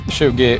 20